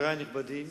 חברי הנכבדים,